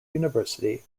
university